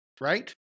right